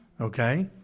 Okay